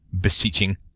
beseeching